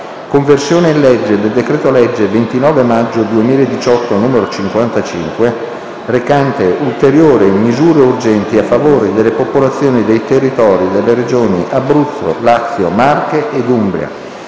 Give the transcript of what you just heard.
«Conversione in legge del decreto-legge 29 maggio 2018, n. 55, recante ulteriori misure urgenti a favore delle popolazioni dei territori delle Regioni Abruzzo, Lazio, Marche e Umbria,